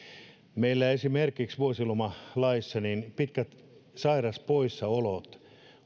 meillä esimerkiksi vuosilomalaissa pitkät sairaspoissaolot